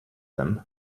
them